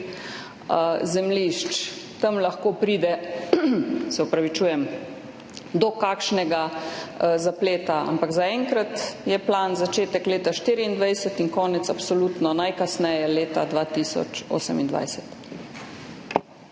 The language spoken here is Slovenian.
zemljišč. Tam lahko pride do kakšnega zapleta. Ampak zaenkrat je plan začetek leta 2024 in konec absolutno najkasneje leta 2028.